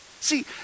See